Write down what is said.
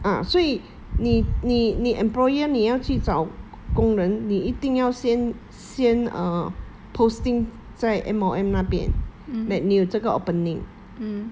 ah 所以你你你 employer 你要去找工人你一定要先先 uh posting 在 M_O_M 那边 that 你有这个 opening